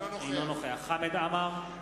אינו נוכח חמד עמאר,